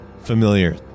familiar